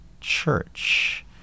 Church